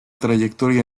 trayectoria